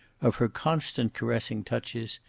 of her constant caressing touches,